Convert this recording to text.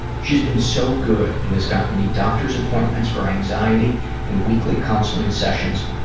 she's been so good and has gotten me doctors' appointments for anxiety and weekly counseling sessions,